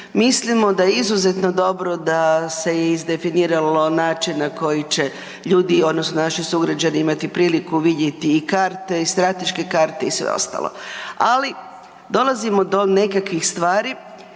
Mislimo da je izuzetno dobro da se izdefiniralo način na koji će ljudi odnosno naši sugrađani imati priliku vidjeti i karte i strateške karte i sve ostalo. Ali, dolazimo do nekakvih stvari,